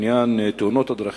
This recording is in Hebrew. עניין תאונות דרכים,